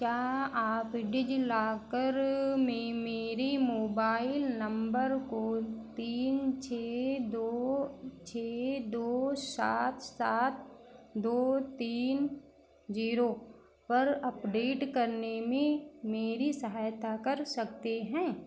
क्या आप डिजीलॉकर में मेरी मोबाइल नम्बर को तीन छः दो छः दो सात सात दो तीन जीरो पर अपडेट करने में मेरी सहायता कर सकते हैं